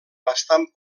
bastant